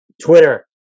Twitter